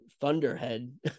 thunderhead